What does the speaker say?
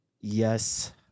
Yes